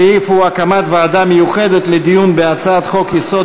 הנושא הוא: הקמת ועדה מיוחדת לדיון בהצעת חוק-יסוד: